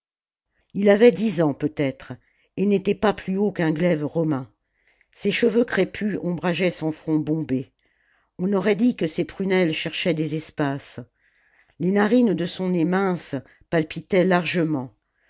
il avait dix ans peut-être et n'était pas plus haut qu'un glaive romain ses cheveux crépus ombrageaient son front bombé on aurait dit que ses prunelles cherchaient des espaces les narines de son nez mince palpitaient largement